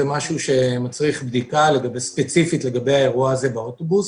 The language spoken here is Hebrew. זה דבר שמצריך בדיקה ספציפית לגבי האירוע הזה באוטובוס.